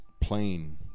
plain